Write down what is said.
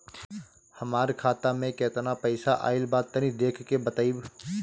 हमार खाता मे केतना पईसा आइल बा तनि देख के बतईब?